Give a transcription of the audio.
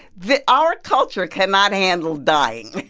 the our culture cannot handle dying